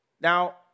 Now